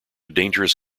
dangerous